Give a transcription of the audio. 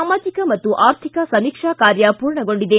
ಸಾಮಾಜಿಕ ಮತ್ತು ಆರ್ಥಿಕ ಸಮೀಕ್ಷಾ ಕಾರ್ಯ ಮೂರ್ಣಗೊಂಡಿದೆ